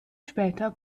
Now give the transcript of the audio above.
später